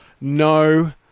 No